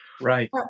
Right